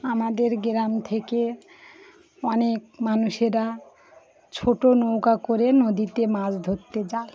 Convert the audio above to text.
আমাদের গ্রাম থেকে অনেক মানুষেরা ছোট নৌকা করে নদীতে মাছ ধরতে যায়